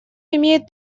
имеет